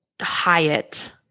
Hyatt